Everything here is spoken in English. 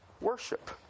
worship